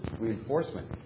reinforcement